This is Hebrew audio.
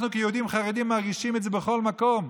אנחנו כיהודים חרדים מרגישים את זה בכל מקום.